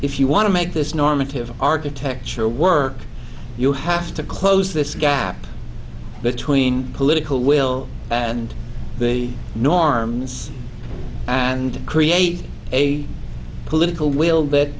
if you want to make this normative architecture work you have to close this gap between political will and the norms and create a political will that